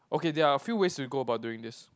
okay there are a few ways to go about doing this